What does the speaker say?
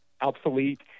obsolete